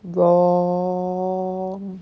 no